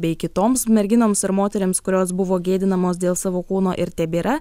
bei kitoms merginoms ir moterims kurios buvo gėdinamos dėl savo kūno ir tebėra